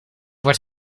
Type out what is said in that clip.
wordt